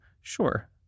Sure